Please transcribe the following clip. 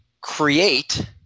create